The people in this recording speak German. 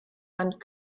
land